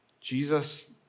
Jesus